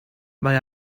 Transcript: mae